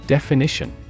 Definition